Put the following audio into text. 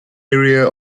area